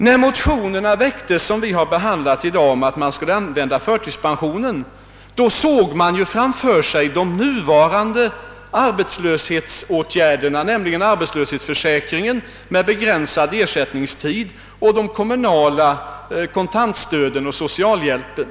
När man skrev de motioner om förtidspension som vi behandlar i dag såg man framför sig de nuvarande arbetslöshetsåtgärderna, arbetslöshetsförsäkringen med begränsad ersättningstid, de kommunala kontantunderstöden och socialhjälpen.